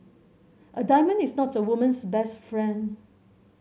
a diamond is not a woman's best friend